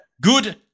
good